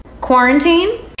Quarantine